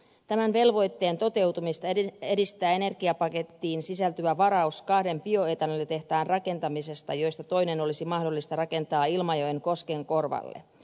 tämän velvoitteen toteutumista edistää energiapakettiin sisältyvä varaus kahden bioetanolitehtaan rakentamisesta joista toinen olisi mahdollista rakentaa ilmajoen koskenkorvalle